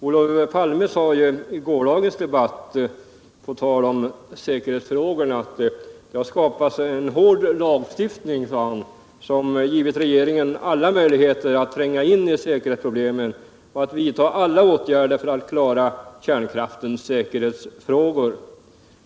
Olof Palme sade i gårdagens debatt på tal om säkerhetsfrågorna att det har skapats en hård lagstiftning, som gett regeringen alla möjligheter att tränga in i säkerhetsproblemen och att vidta alla åtgärder för att klara kärnkraftens säkerhetsfrågor.